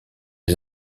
les